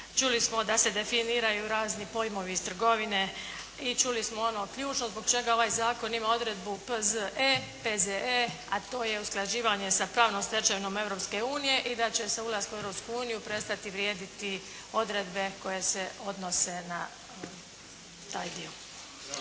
čuli smo da se definiraju razni pojmovi iz trgovine i čuli smo ono ključno zbog čega ovaj zakon ima odredbu P.Z.E., a to je usklađivanje sa pravnom stečevinom Europske unije i da će se ulaskom u Europsku uniju prestati vrijediti odredbe koje se odnose na taj dio.